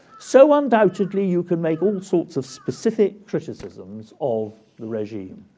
so undoubtedly you can make all sorts of specific criticisms of the regime,